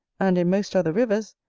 and in most other rivers,